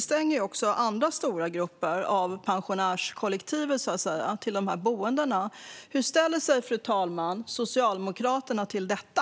Dessutom utestängs andra stora grupper inom pensionärskollektivet från dessa boenden. Hur ställer sig Socialdemokraterna till detta?